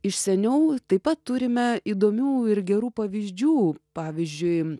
iš seniau taip pat turime įdomių ir gerų pavyzdžių pavyzdžiui